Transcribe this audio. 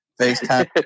FaceTime